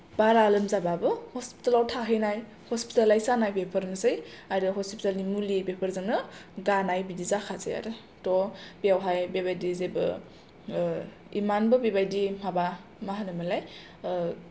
बारा लोमजाबाबो हसपिटेलाव थाहैनाय हसपिटेलाइस जानाय बेफोरनोसै आरो हसपिटेलनि मुलि बेफोरजोंनो गानाय बिदि जाखासै आरो थ' बेवहाय बेबादि जेबो इमानबो बेबादि माबा मा होनोमोनलाय